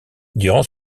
durant